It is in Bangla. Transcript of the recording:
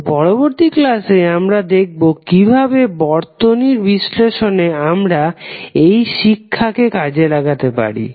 তো পরবর্তী ক্লাসে আমরা দেখবো কিভাবে বর্তনীর বিশ্লেষণে আমরা এই শিক্ষাকে কাজে লাগাতে পারি